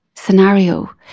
Scenario